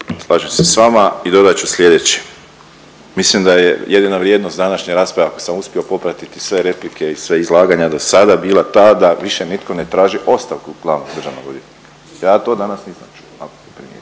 slažem se sa vama i dodat ću sljedeće. Mislim da je jedina vrijednost današnje rasprave ako sam uspio popratiti sve replike i sva izlaganja do sada bila ta da više nitko ne traži ostavku glavnog državnog odvjetnika. Ja to danas nisam čuo. Znači